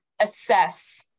assess